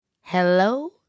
Hello